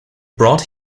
brought